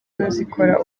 zikora